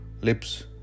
lips